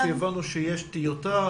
הבנו שיש טיוטה,